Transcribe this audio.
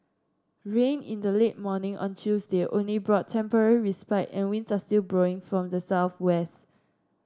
rain in the late morning on Tuesday only brought temporary respite and winds are still blowing from the southwest